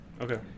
Okay